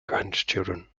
grandchildren